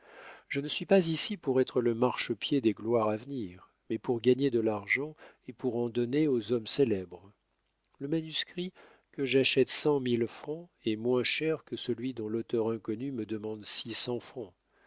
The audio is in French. je ne suis pas ici pour être le marchepied des gloires à venir mais pour gagner de l'argent et pour en donner aux hommes célèbres le manuscrit que j'achète cent mille francs est moins cher que celui dont l'auteur inconnu me demande six cents francs